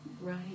Right